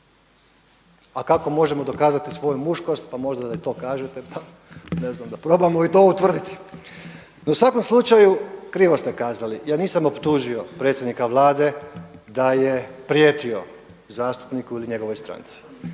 A kako možemo dokazati svoju muškost, pa možda da i to kažete pa ne znam da probamo i to utvrditi. No u svakom slučaju krivo ste kazali, ja nisam optužio predsjednika Vlade da je prijetio zastupniku ili njegovoj stranci,